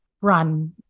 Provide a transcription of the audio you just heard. run